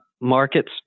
markets